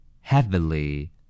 Heavily